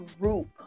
group